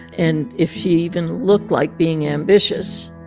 and if she even looked like being ambitious,